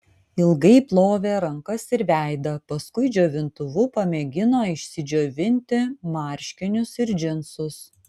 ilgai plovė rankas ir veidą paskui džiovintuvu pamėgino išsidžiovinti marškinius ir džinsus